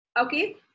Okay